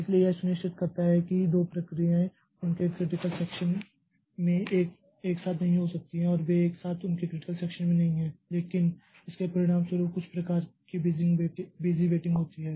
इसलिए यह सुनिश्चित करता है कि दो प्रक्रियाएं उनके क्रिटिकल सेक्षन में एक साथ नहीं हो सकती हैं और वे एक साथ उनके क्रिटिकल सेक्षन में नहीं हैं लेकिन इसके परिणामस्वरूप कुछ प्रकार की बिज़ी वेटिंग होती है